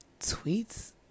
tweets